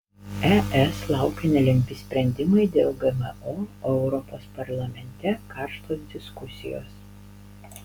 es laukia nelengvi sprendimai dėl gmo o europos parlamente karštos diskusijos